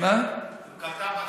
לא להזכיר.